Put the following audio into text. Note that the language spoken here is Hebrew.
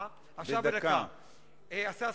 השר שמחון,